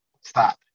Stop